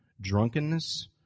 drunkenness